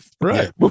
right